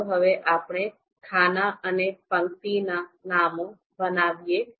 ચાલો હવે આપણે ખાના અને પંક્તિના નામો બનાવીએ